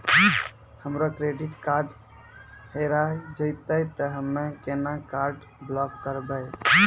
हमरो credit card हेरा जेतै ते हम्मय केना कार्ड ब्लॉक करबै?